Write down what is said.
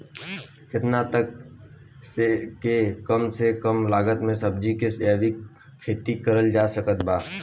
केतना तक के कम से कम लागत मे सब्जी के जैविक खेती करल जा सकत बा?